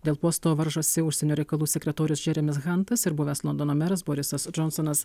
dėl posto varžosi užsienio reikalų sekretorius džeremis hantas ir buvęs londono meras borisas džonsonas